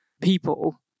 people